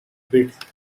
bit